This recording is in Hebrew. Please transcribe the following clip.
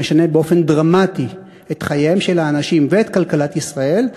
שמשנה באופן דרמטי את חייהם של האנשים ואת כלכלת ישראל,